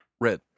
Red